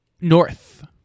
North